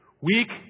Weak